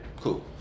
Cool